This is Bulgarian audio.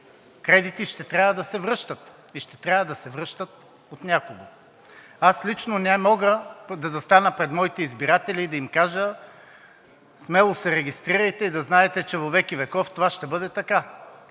кредити ще трябва да се връщат и ще трябва да се връщат от някого. Аз лично не мога да застана пред моите избиратели и да им кажа: смело се регистрирайте и да знаете, че во веки веков това ще бъде така